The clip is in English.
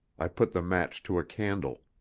i put the match to a candle.